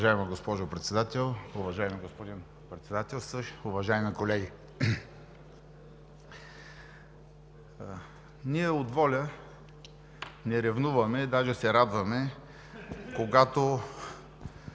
Уважаема госпожо Председател, уважаеми господин Председателстващ, уважаеми колеги! Ние от ВОЛЯ не ревнуваме, даже се радваме